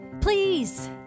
Please